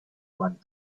want